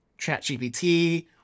ChatGPT